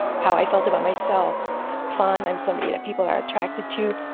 how i felt about myself fun, i'm somebody that people are attracted to,